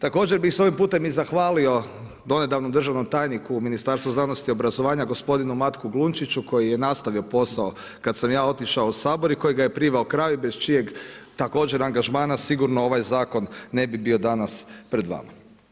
Također bih se ovim putem i zahvalio donedavnom državnom tajniku u Ministarstvu znanosti, obrazovanja gospodinu Matku Glunčiću koji je nastavio posao kad sam ja otišao u Sabor i koji ga je priveo kraju i bez čijeg također angažmana sigurno ovaj zakon ne bi bio danas pred vama.